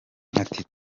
ati